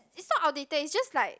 is not outdated it just like